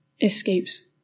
escapes